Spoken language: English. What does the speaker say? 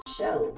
show